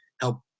help